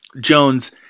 Jones